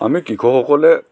আমি কৃসকসকলে